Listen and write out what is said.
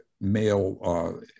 Male